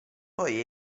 poi